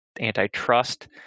antitrust